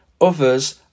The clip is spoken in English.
others